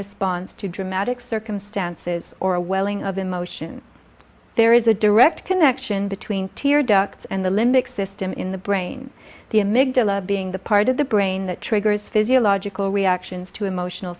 responds to dramatic circumstances or a welling of emotions there is a direct connection between tear ducts and the limbic system in the brain the migdal of being the part of the brain that triggers physiological reactions to emotional